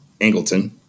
Angleton